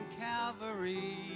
Calvary